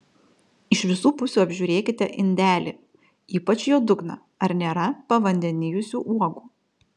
iš visų pusių apžiūrėkite indelį ypač jo dugną ar nėra pavandenijusių uogų